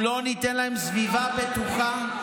אם לא ניתן להם סביבה בטוחה,